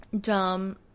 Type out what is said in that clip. dumb